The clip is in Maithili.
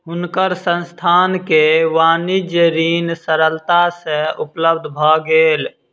हुनकर संस्थान के वाणिज्य ऋण सरलता सँ उपलब्ध भ गेल